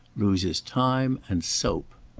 loses time and soap.